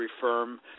firm